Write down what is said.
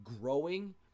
growing